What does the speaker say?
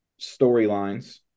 storylines